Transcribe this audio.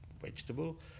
vegetable